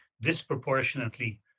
disproportionately